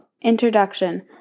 Introduction